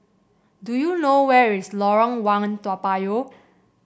do you know where is Lorong One Toa Payoh